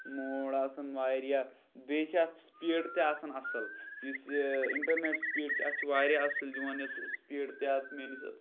mode آسان واریاہ بیٚیہِ چھِ اَتھ سپیٖڈ تہِ آسان اَصٕل یُس یہِ اِنٹَرنٮ۪ٹ سپیٖڈ چھِ اَتھ چھِ واریاہ اَصٕل یِوان یَتھ سپیٖڈ تہِ اَتھ میٛٲنِس